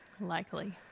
likely